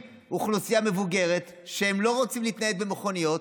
אוכלוסייה מבוגרת, שהם לא רוצים להתנייד במכוניות,